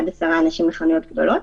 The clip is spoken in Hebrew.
עד 10 אנשים בחנויות גדולות.